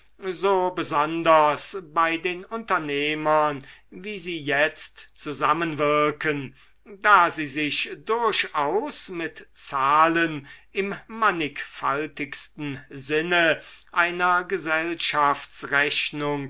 so besonders bei den unternehmern wie sie jetzt zusammenwirken da sie sich durchaus mit zahlen im mannigfaltigsten sinne einer